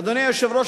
ואדוני היושב-ראש,